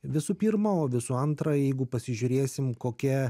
visų pirma o visų antra jeigu pasižiūrėsim kokia